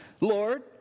Lord